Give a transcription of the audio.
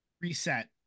reset